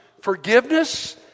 forgiveness